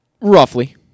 Roughly